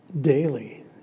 daily